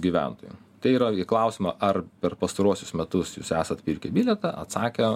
gyventojų tai yra į klausimą ar per pastaruosius metus jūs esat pirkę bilietą atsakė